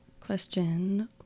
Question